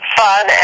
fun